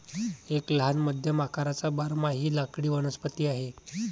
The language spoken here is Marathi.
एक लहान मध्यम आकाराचा बारमाही लाकडी वनस्पती आहे